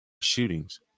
shootings